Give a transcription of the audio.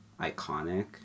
iconic